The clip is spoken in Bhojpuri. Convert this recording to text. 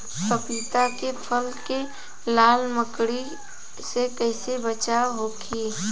पपीता के फल के लाल मकड़ी से कइसे बचाव होखि?